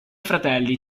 fratelli